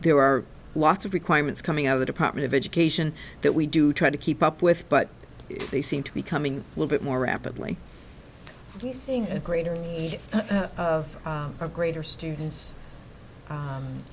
there are lots of requirements coming out of the department of education that we do try to keep up with but they seem to becoming a little bit more rapidly seeing a greater or greater students